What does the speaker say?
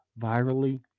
virally